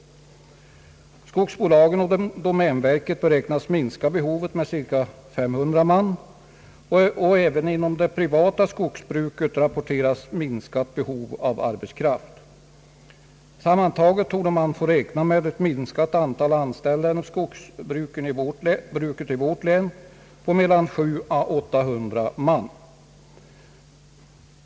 Skogsbolagen och domänverket beräknas minska behovet med cirka 500 man, och även inom det privata skogsbruket rapporteras minskat behov av arbetskraft. Sammantaget torde man få räkna med minskat antal anställda inom skogsbruket i vårt län på mellan 700 och 800 man.